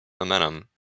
momentum